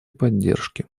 поддержки